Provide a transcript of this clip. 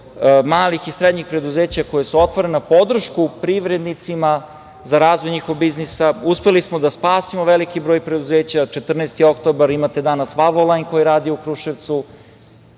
malih i srednjih preduzeća koja su otvorena, podršku privrednicima za razvoj njihovog biznisa. Uspeli smo da spasimo veliki broj preduzeća „14. Oktobar“, imate danas „Valvolajn“ koji radi u Kruševcu,